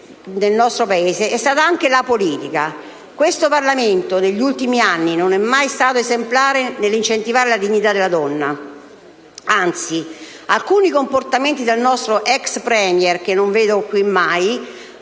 nel nostro Paese è stata anche la politica. Questo Parlamento, negli ultimi anni, non è mai stato esemplare nell'incentivare la dignità della donna. Anzi, alcuni comportamenti del nostro ex *Premier*, che non vedo mai